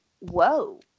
whoa